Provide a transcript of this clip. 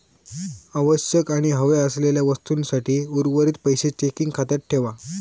आवश्यक आणि हव्या असलेल्या वस्तूंसाठी उर्वरीत पैशे चेकिंग खात्यात ठेवा